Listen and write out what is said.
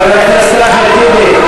חבר הכנסת אחמד טיבי,